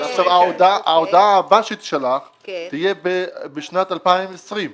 ההודעה ה --- תהיה בשנת 2020,